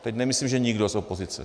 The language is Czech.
Teď nemyslím, že nikdo z opozice.